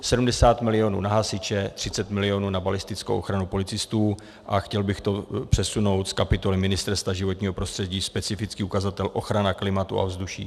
Sedmdesát milionů na hasiče, třicet milionů na balistickou ochranu policistů a chtěl bych to přesunout z kapitoly Ministerstva životního prostředí, specifický ukazatel ochrana klimatu a ovzduší.